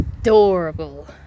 adorable